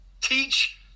teach